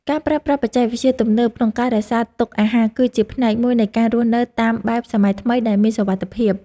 ការប្រើប្រាស់បច្ចេកវិទ្យាទំនើបក្នុងការរក្សាទុកអាហារ គឺជាផ្នែកមួយនៃការរស់នៅតាមបែបសម័យថ្មីដែលមានសុវត្ថិភាព។